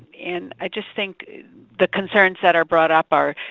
and i just think the concerns that are brought up are,